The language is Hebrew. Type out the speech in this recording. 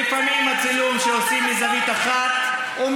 ולפעמים הצילום שעושים מזווית אחת אומר